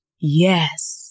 yes